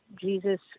Jesus